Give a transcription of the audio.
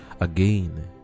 Again